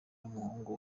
n’umuhungu